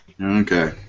Okay